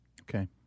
Okay